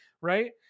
right